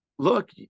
Look